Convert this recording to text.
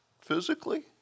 physically